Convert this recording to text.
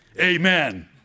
Amen